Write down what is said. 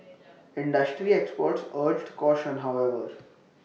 industry experts urged caution however